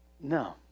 No